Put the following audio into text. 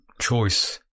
choice